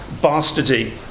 bastardy